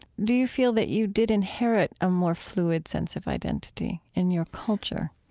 do you feel that you did inherit a more fluid sense of identity in your culture?